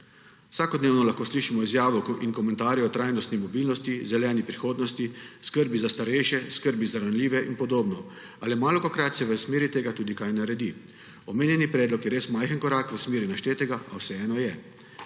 Vsakodnevno lahko slišimo izjave in komentarje o trajnostni mobilnosti, zeleni prihodnosti, skrbi za starejše, skrbi za ranljive in podobno, a le malokrat se v smeri tega tudi kaj naredi. Omenjeni predlog je res majhen korak v smeri naštetega, a vseeno je.